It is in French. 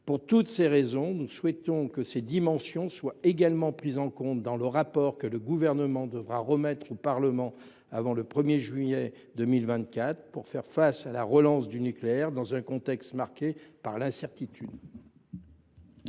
toutes ces interrogations, nous souhaitons que ces dimensions soient également prises en compte dans le rapport que le Gouvernement devra remettre au Parlement avant le 1 juillet 2024 pour faire face à la relance du nucléaire dans un contexte marqué par l’incertitude.